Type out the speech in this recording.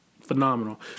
phenomenal